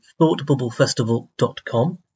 thoughtbubblefestival.com